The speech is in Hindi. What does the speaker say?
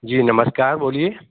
जी नमस्कार बोलिए